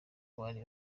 bari